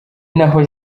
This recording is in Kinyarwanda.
naho